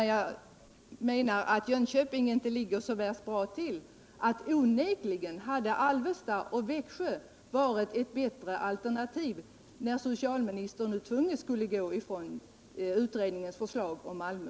Jönköping ligger inte så värst bra till, och onekligen hade Alvesta och Nässjö varit bättre alternativ, när socialministern nu tvunget skulle gå ifrån utredningens förslag om Malmö.